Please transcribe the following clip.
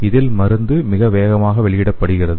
இதில் மருந்து மிக வேகமாக வெளியிடப்படுகிறது